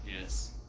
Yes